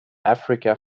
africa